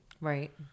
Right